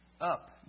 Up